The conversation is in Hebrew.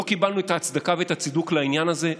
לא קיבלנו את ההצדקה ואת הצידוק לעניין הזה,